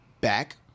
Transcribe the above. back